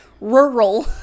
rural